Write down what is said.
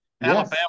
Alabama